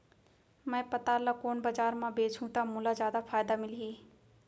मैं पताल ल कोन बजार म बेचहुँ त मोला जादा फायदा मिलही?